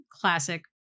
classic